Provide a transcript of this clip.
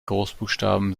großbuchstaben